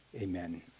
Amen